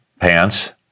pants